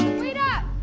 wait up!